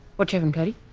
what you having catie?